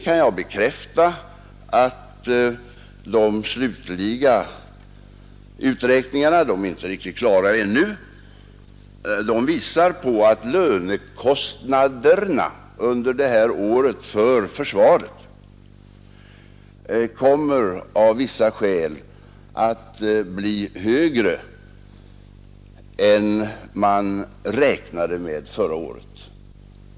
Jag kan bekräfta att de slutliga uträkningarna — de är inte riktigt klara ännu — visar på att lönekostnaderna för försvaret under detta år av vissa skäl kommer att bli högre än man räknade med förra året.